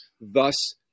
thus